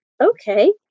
Okay